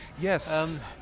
Yes